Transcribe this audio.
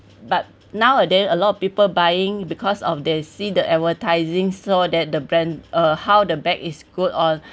but nowadays a lot of people buying because of they see the advertising so that the brand uh how the bag is good or